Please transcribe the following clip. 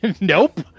Nope